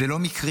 זה לא מקרי.